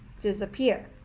disappear.